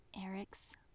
Eric's